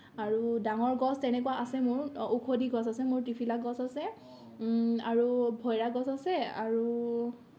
আৰু ডাঙৰ গছ তেনেকুৱা আছে মোৰ ঔষধী গছ আছে মোৰ ত্ৰিফিলা গছ আছে আৰু ভৈৰা গছ আছে আৰু